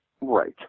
Right